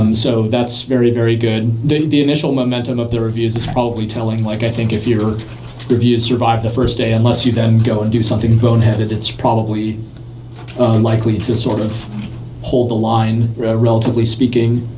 um so that's very, very good. the initial momentum of the reviews is probably telling, like i think if your reviews survive the first day, unless you then go and do something boneheaded, it's probably likely to sort of hold the line relatively speaking.